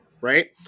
right